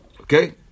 Okay